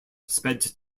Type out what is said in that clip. sped